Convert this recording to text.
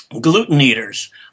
gluten-eaters